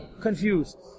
confused